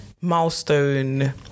milestone